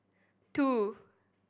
two